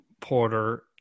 porter